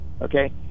okay